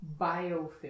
biofilm